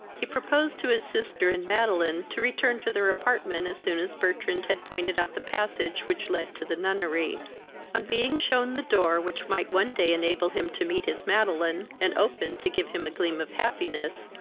he proposed to his sister and madeline to return to their apartment as soon as bertrand had pointed out the passage which led to the nunnery on being shewn the door which might one day enable him to meet his madeline, and open to give him a gleam of happiness,